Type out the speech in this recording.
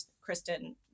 Kristen